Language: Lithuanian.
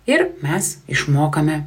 ir mes išmokame